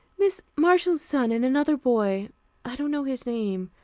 mrs. marshall's son and another boy i don't know his name.